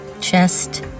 chest